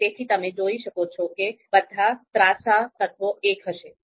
તેથી તમે જોઈ શકો તે બધા ત્રાંસા તત્વો 1 હશે